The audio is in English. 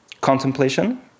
contemplation